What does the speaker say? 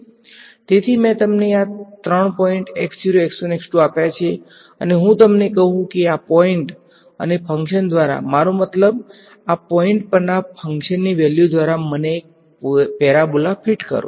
તેથી મેં તમને આ ત્રણ પોઈન્ટ આપ્યા છે અને હું તમને કહું છું કે આ પોઈન્ટ અને ફંક્શન્સ દ્વારા મારો મતલબ આ પોઈન્ટ પરના ફંક્શનની વેલ્યુ દ્વારા મને એક પેરાબોલા ફિટ કરો